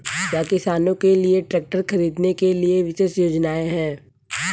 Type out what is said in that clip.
क्या किसानों के लिए ट्रैक्टर खरीदने के लिए विशेष योजनाएं हैं?